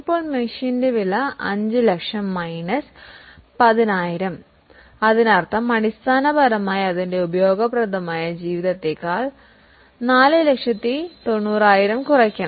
ഇപ്പോൾ മെഷീന്റെ വില 5 ലക്ഷം മൈനസ് 10000 അതിനർത്ഥം അടിസ്ഥാനപരമായി അതിന്റെ ഉപയോഗപ്രദമായ ലൈഫിനെക്കാൾ 490000 കുറയ്ക്കണം